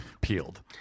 peeled